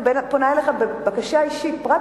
אני פונה אליך בבקשה אישית: פרט,